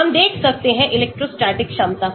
हम देख सकते हैं इलेक्ट्रोस्टैटिक क्षमता को